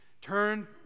turn